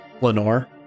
Lenore